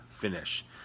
finish